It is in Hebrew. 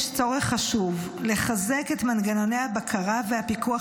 יש צורך חשוב לחזק את מנגנוני הבקרה והפיקוח